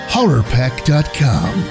Horrorpack.com